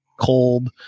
cold